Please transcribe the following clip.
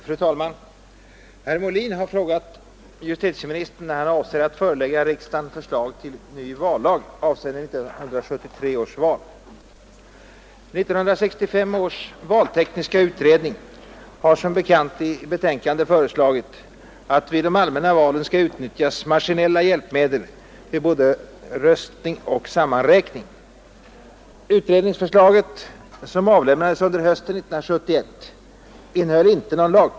Fru talman! Herr Molin har frågat justitieministern när han avser att förelägga riksdagen förslag till ny vallag avseende 1973 års val. 1965 års valtekniska utredning har som bekant i ett betänkande föreslagit att vid de allmänna valen skall utnyttjas maskinella hjälpmedel vid både röstning och sammanräkning. Utredningsförslaget, som avlämnades under hösten 1971, innehöll inte någon lagtext.